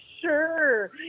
sure